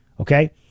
Okay